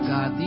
God